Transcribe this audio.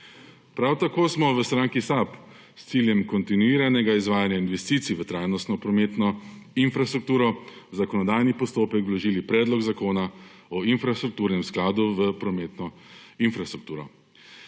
Prav tako smo v stranki SAB s ciljem kontinuiranega izvajanja investicij v trajnostno prometno infrastrukturo v zakonodajni postopek vložili predlog zakona o infrastrukturnem skladu v prometno infrastrukturo.